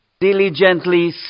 diligently